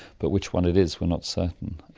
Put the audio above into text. but which one it is we're not certain.